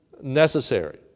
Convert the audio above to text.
necessary